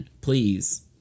Please